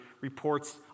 reports